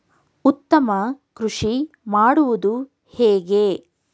ಉತ್ತಮ ಕೃಷಿ ಮಾಡುವುದು ಹೇಗೆ?